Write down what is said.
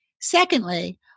Secondly